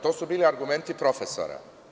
To su bili argumenti profesora.